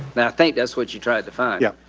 but i think that's what you tried to find. yeah.